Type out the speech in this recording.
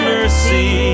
Mercy